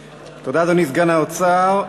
תודה, אדוני סגן שר האוצר.